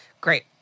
Great